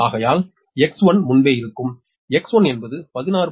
ஆகையால் X1 முன்பே இருக்கும் X1 என்பது 16